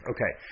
Okay